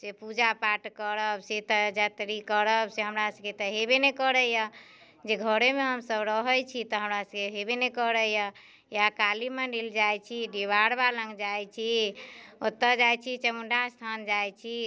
जे पूजा पाठ करब से तऽ जत्री करब से हमरा सभके तऽ हेबे नहि करैए जे घरेमे हमसभ रहै छी तऽ हमरा सभके हेबे नहि करैए या काली मन्दिर जाइ छी डिहबार बा लग जाइ छी ओतऽ जाइ छी चामुण्डा स्थान जाइ छी